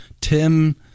Tim